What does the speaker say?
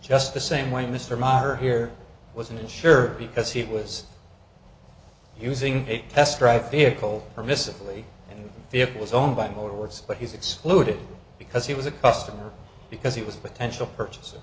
just the same way mr meyer here wasn't sure because he was using a test drive vehicle permissibly if it was owned by motor works but he's excluded because he was a customer because he was a potential purchas